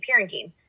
parenting